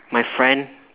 my friend